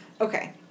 Okay